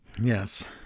Yes